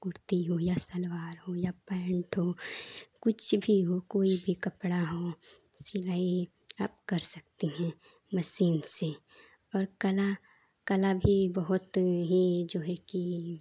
कुर्ती हो या सलबार हो या पैंट हो कुछ भी हो कोई भी कपड़ा हो सिलाई हो आप कर सकते हैं मशीन से और कला कला भी बहुत ही जो है कि